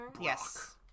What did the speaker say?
Yes